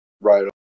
right